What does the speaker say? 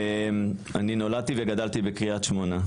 אני נולדתי וגדלתי בקריית שמונה,